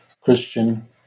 Christian